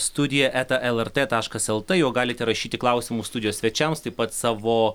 studija eta lrt taškas lt juo galite rašyti klausimus studijos svečiams taip pat savo